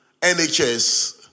NHS